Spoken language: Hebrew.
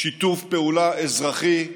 שיתוף פעולה אזרחי,